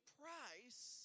price